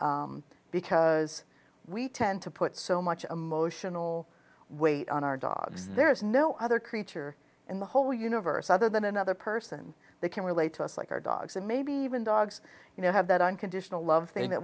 because we tend to put so much emotional weight on our dogs there is no other creature in the whole universe other than another person they can relate to us like our dogs and maybe even dogs you know have that unconditional love th